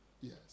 Yes